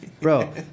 Bro